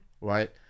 Right